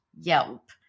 Yelp